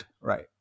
right